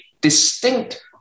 distinct